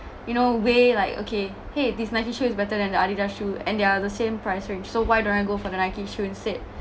you know way like okay !hey! this nike shoe is better than the adidas shoe and they are the same price range so why don't I go for the nike shoe instead